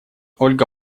ольга